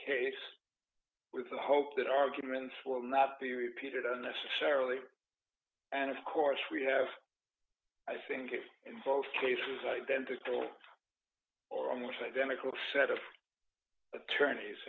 case with the hope that arguments will not be repeated unnecessarily and of course we have i think if in both cases identical or almost identical set of attorneys